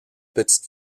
petite